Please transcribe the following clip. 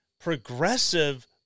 progressive